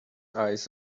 eyes